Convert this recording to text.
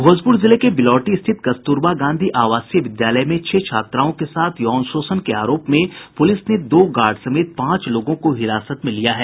भोजपुर जिले के बिलौटी रिथित कस्तुरबा गांधी आवासीय विद्यालय में छह छात्राओं के साथ यौन शोषण के आरोप में पुलिस ने दो गार्ड समेत पांच लोगों को हिरासत में लिया है